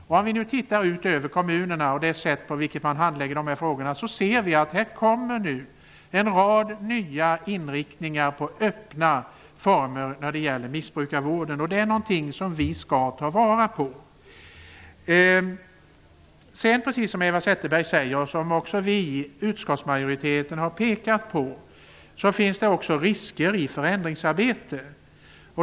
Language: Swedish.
Om vi nu tittar ut över kommunerna och det sätt på vilket de handlägger dessa frågor, ser vi att det kommer en rad nya inriktningar på öppna former av missbrukarvård. Det är någonting som vi skall ta vara på. Precis som Eva Zetterberg säger och som vi i utskottsmajoriteten har pekat på, finns det också risker i förändringsarbete.